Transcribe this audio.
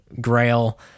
grail